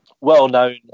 well-known